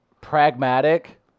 pragmatic